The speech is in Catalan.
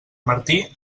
martí